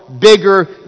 bigger